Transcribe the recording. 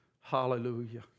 Hallelujah